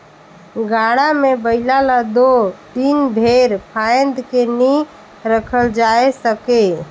गाड़ा मे बइला ल दो दिन भेर फाएद के नी रखल जाए सके